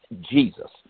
Jesus